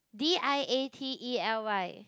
D I A T E L Y